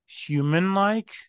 human-like